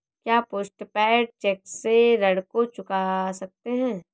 क्या post paid cheque से ऋण को चुका सकते हैं?